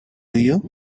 you